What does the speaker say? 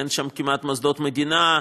אין שם כמעט מוסדות מדינה,